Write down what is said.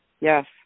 Yes